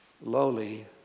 lowly